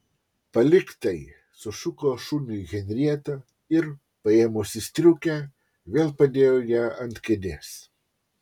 palik tai sušuko šuniui henrieta ir paėmusi striukę vėl padėjo ją ant kėdės